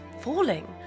falling